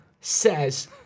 says